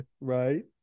right